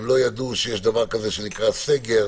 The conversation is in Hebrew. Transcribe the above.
הם לא ידעו שיש דבר כזה שנקרא סגר,